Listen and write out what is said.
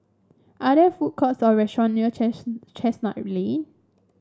are there food courts or restaurant near Chestnut Lane